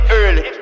early